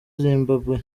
zimbabwe